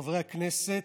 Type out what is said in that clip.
חברי הכנסת,